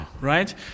right